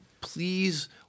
please